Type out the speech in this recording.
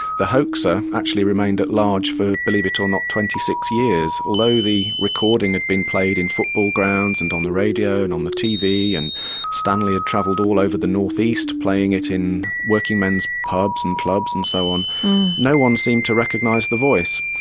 the hoaxer actually remained at large for believe it or not twenty six years, although the recording had been played in football grounds, and on the radio, and on the tv, and stanley had travelled all over the north east playing it in working man pubs and clubs and so on no one seemed to recognise the voice.